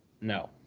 No